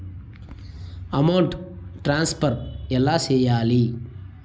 amount transfer ఎలా సేయాలి